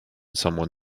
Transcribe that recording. someone